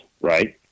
right